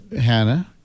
Hannah